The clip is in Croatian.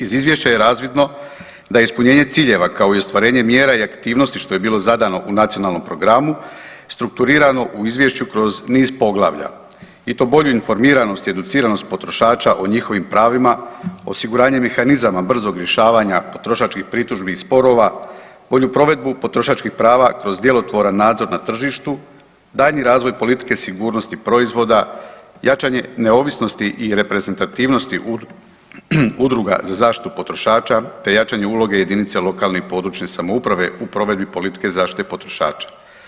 Iz izvješća je razvidno da ispunjenje ciljeva kao i ostvarenje mjera i aktivnosti što je bilo zadano u nacionalnom programu, strukturirano u izvješću kroz niz poglavlja i to bolju informiranost i educiranost potrošača o njihovim pravima, osiguranje mehanizama brzog rješavanja potrošačkih pritužbi i sporova, bolju provedbu potrošačkih prava kroz djelotvoran nadzor na tržištu, daljnji razvoj politike sigurnosti proizvoda, jačanje neovisnosti i reprezentativnosti udruga za zaštitu potrošača te jačanju jedinica lokalne i područne samouprave u provedbi politike zaštite potrošača.